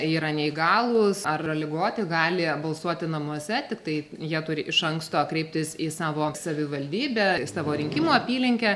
yra neįgalūs ar ligoti gali balsuoti namuose tiktai jie turi iš anksto kreiptis į savo savivaldybę savo rinkimų apylinkę